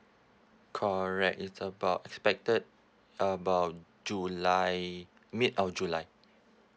correct it's about expected about july mid of july